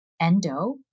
Endo